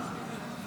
בבקשה,